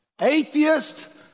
Atheist